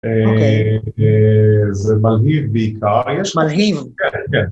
אוקיי, זה מלהיב בעיקר, יש מלהיב.